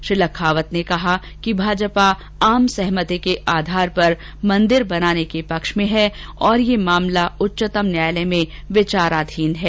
श्री लखावत ने कहाकि भाजपा आम सहमति के आधार पर मंदिर बनाने के पक्ष में है औरयह मामला उच्चतम न्यायालय में विचाराधीन है